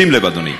שים לב, אדוני.